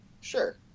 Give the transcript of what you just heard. sure